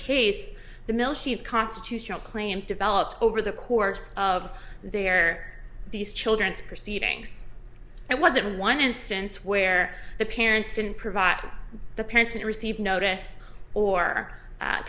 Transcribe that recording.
case the mill she is constitutional claims developed over the course of their these children's proceedings and was in one instance where the parents didn't provide the parents and received notice or